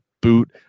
boot